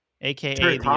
aka